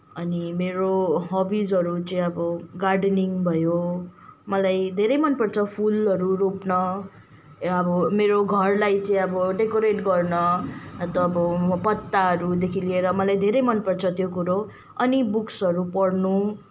अनि मेरो हबिसहरू चाहिँ अब गार्डनिङ भयो मलाई धेरै मनपर्छ फुलहरू रोप्न ए अब मेरो घरलाई चाहिँ अब डेकोरेट गर्न अन्त अब पत्ताहरूदेखि लिएर मलाई धेरै मनपर्छ त्यो कुरो अनि बुक्सहरू पढ्नु